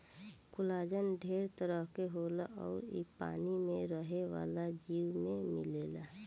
collagen ढेर तरह के होला अउर इ पानी में रहे वाला जीव में मिलेला